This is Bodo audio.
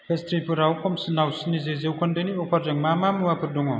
पेस्त्रिफोराव खमसिनाव स्निजि जौखोन्दोनि अफारजों मा मा मुवाफोर दङ